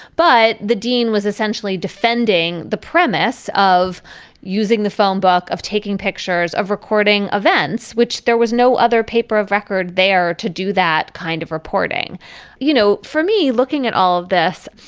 but the dean was essentially defending the premise of using the phone book of taking pictures of recording events which there was no other paper of record there to do that kind of reporting you know for me looking at all of this.